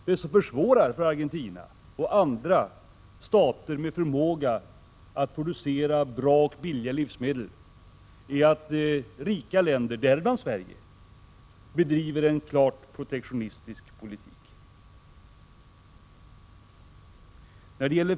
Det som försvårar för Argentina och för andra stater med förmåga att producera bra och billiga livsmedel är att rika länder, däribland Sverige, bedriver en klar protektionistisk politik.